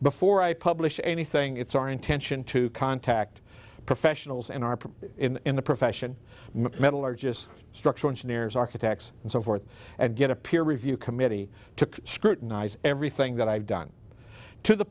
before i publish anything it's our intention to contact professionals and are put in the profession metallurgists structural engineers architects and so forth and get a peer review committee to scrutinize everything that i've done to the